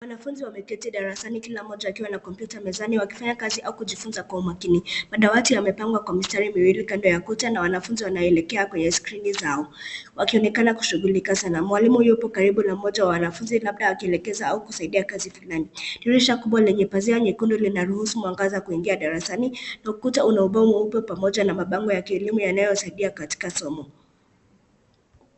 Wanafunzi wameketi darasani kila mmoja akiwa na kompyuta mezani. Wanafanya kazi au kujifunza kwa umakini. Madawati yamepangwa kwamistari miwili kando ya kuta na wanafunzi wanaelekea kwenye screni zao. Wakionekana kushughulika sana. Mwalimu yupo karibu na mmoja wa mwanafunzi labda akielekeza au kusaidia kazi. Dirisha kubwa lenye pazia nyekundu linaruhusu mwangaza kuingia darasani na ukuta unao ubao mweupe pamoja na mabango ya kielimu yanayosaidia katika somo.